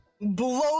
Blow